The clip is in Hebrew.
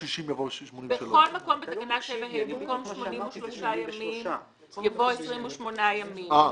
83 ימים יבוא 28 ימים.